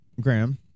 Graham